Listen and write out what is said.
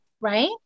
right